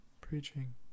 preaching